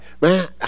man